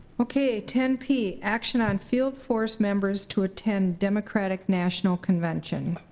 okay ten p, action on field force members to attend democratic national convention.